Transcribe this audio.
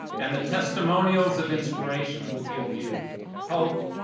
and the testimonials of inspiration will give you hope.